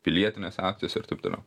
pilietinės akcijos ir taip toliau